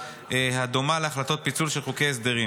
הדומה להחלטות פיצול של חוקי ההסדרים.